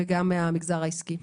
וגם מהמגזר העסקי.